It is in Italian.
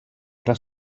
era